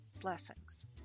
Blessings